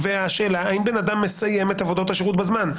השאלה האם בן אדם מסיים את עבודות השירות בזמן.